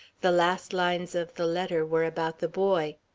the last lines of the letter were about the boy.